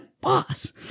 boss